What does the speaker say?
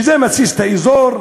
שזה מתסיס את האזור,